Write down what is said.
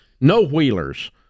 no-wheelers